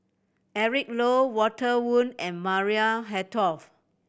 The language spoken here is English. Eric Low Walter Woon and Maria Hertogh